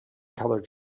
colored